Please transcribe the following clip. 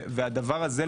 הדבר הזה,